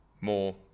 more